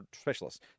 specialists